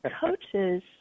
coaches